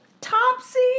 Topsy